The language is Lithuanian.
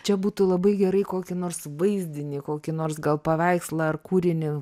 čia būtų labai gerai kokį nors vaizdinį kokį nors gal paveikslą ar kūrinį